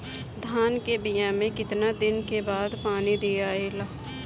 धान के बिया मे कितना दिन के बाद पानी दियाला?